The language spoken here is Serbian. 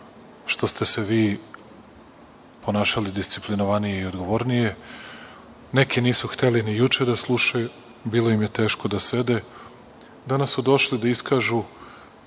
što ste se vi ponašali disciplinovanije i odgovornije. Neki nisu hteli ni juče da slušaju, bilo im je teško da sede, danas su došli da iskažu